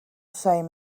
same